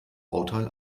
bauteil